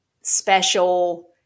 special